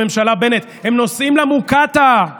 ראש הממשלה בנט, הם נוסעים למוקטעה בהכנעה,